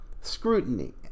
scrutiny